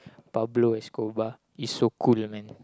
Pablo-Escobar is so cool you mean